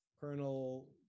Colonel